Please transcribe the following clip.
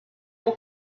will